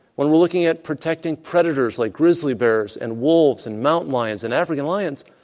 when we're looking at protecting predators like grizzly bears and wolves and mountain lions and african lions,